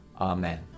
Amen